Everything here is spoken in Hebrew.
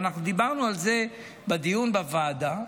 ואנחנו דיברנו על זה בדיון בוועדה.